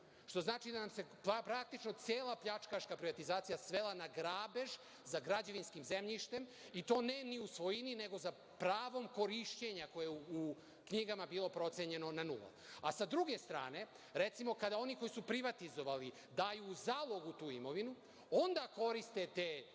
Što znači da nam se praktično cela pljačkaška privatizacija svela na grabež za građevinskim zemljištem, i to ne ni u svojini, nego za pravom korišćenja koje je u knjigama bilo procenjeno na nula. Sa druge strane, recimo, kada oni koji su privatizovali daju u zalogu tu imovinu onda koriste